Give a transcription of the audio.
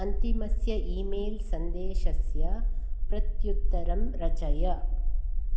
अन्तिमस्य email सन्देशस्य प्रत्युत्तरं रचय